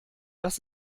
das